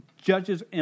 Judges